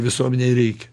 visuomenei reikia